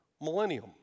millennium